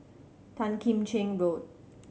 Tan Kim Cheng Road